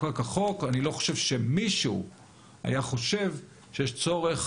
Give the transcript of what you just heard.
כשחוקק החוק אני לא חושב שמישהו היה חושב שיש צורך